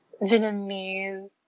Vietnamese